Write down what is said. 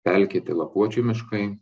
pelkėti lapuočių miškai